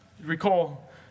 Recall